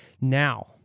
Now